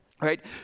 right